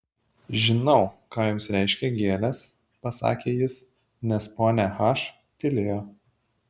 žinau ką jums reiškia gėlės pasakė jis nes ponia h tylėjo